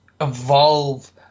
evolve